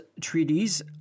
treaties